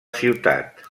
ciutat